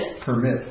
permit